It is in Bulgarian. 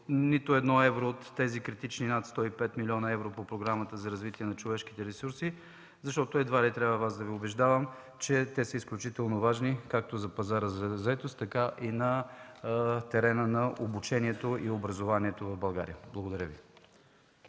нито едно евро от тези критични над 105 милиона евро по програмата за развитието на човешките ресурси, защото едва ли трябва да Ви убеждавам, че те са изключително важни както за пазара на заетостта, така и на терена на обучението и образованието. Благодаря Ви.